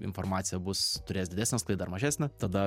informacija bus turės didesnę sklaidą ar mažesnę tada